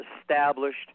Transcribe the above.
established